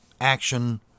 action